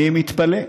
אני מתפלא.